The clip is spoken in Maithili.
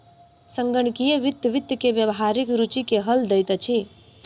संगणकीय वित्त वित्त के व्यावहारिक रूचि के हल दैत अछि